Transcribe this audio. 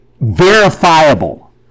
verifiable